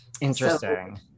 Interesting